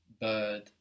bird